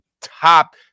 top